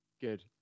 Good